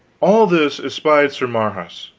all this espied sir marhaus,